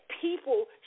people